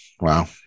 Wow